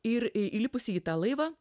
ir į įlipusi į tą laivą